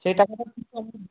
সে টাকাটা